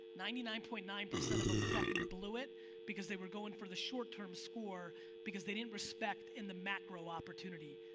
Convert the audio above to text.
ninety nine point nine of them fucking blew it because they were going for the short-term score because they didn't respect in the macro opportunity.